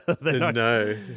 No